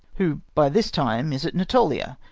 who by this time is at natolia,